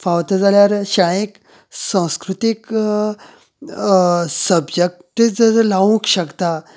फावता जाल्यार शाळेक संस्कृतीक सबजॅक्ट जर लावूंक शकता